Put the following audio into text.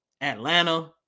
Atlanta